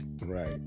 right